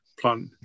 plant